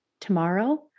tomorrow